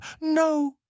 No